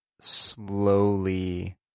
slowly